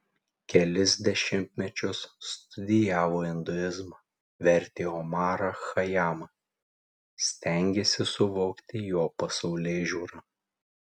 kelis dešimtmečius studijavo induizmą vertė omarą chajamą stengėsi suvokti jo pasaulėžiūrą